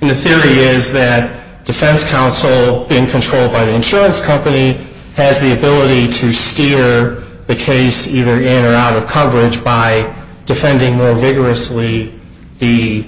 and the theory is that defense counsel being controlled by the insurance company has the ability to steer the case either in or out of coverage by defending where vigorously he